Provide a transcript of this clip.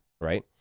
right